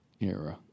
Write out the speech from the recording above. era